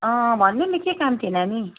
अँ भन्नु नि के काम थियो होला नि